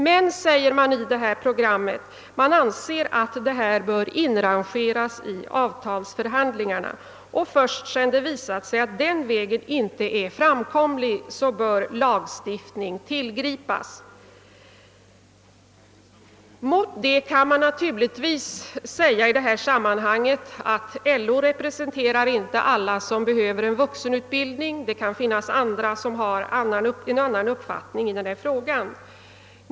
Landsorganisationen anser emellertid att denna fråga bör inrangeras i avtalsförbandlingarna och att lagstiftningen bör tillgripas först sedan det visat sig att den vägen inte är framkomlig. Mot detta kan givetvis anföras, att LO inte representerar alla som behöver vuxenutbildning och att det kan finnas andra organisationer som har en annan uppfattning i denna fråga.